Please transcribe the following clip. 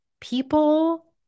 people